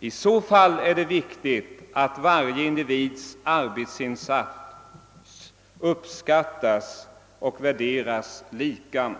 I så fall är det viktigt att varje individs arbetsinsats uppskattas och värderas lika.